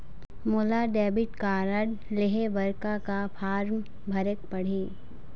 मोला debit card लेहे बर का का फार्म भरेक पड़ही?